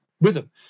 rhythm